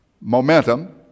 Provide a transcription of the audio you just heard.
momentum